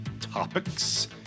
topics